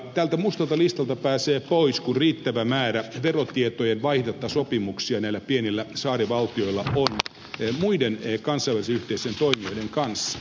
tältä mustalta listalta pääsee pois kun riittävä määrä verotietojen vaihdantasopimuksia näillä pienillä saarivaltioilla on muiden kansainvälisen yhteisön toimijoiden kanssa